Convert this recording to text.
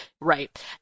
Right